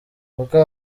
uko